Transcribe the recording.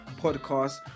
podcast